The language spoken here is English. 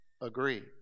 agree